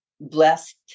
blessed